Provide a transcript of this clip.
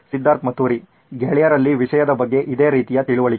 ಸಿದ್ಧಾರ್ಥ್ ಮತುರಿ ಗೆಳೆಯರಲ್ಲಿ ವಿಷಯದ ಬಗ್ಗೆ ಇದೇ ರೀತಿಯ ತಿಳುವಳಿಕೆ